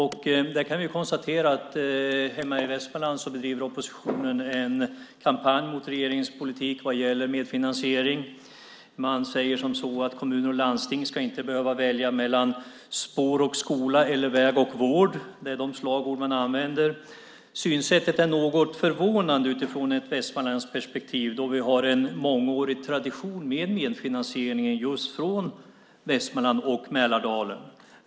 Vi kan konstatera att hemma i Västmanland bedriver oppositionen en kampanj mot regeringens politik vad gäller medfinansiering. Man säger att kommuner och landsting inte ska behöva välja mellan spår och skola eller mellan väg och vård. Det är de slagord som används. Synsättet är något förvånande i ett västmanländskt perspektiv eftersom vi har en mångårig tradition av medfinansiering just i Västmanland och Mälardalen.